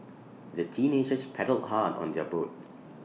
the teenagers paddled hard on their boat